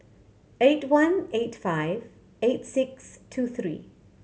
eight one eight five eight six two three